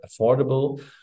affordable